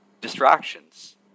distractions